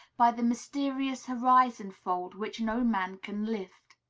by the mysterious horizon-fold which no man can lift.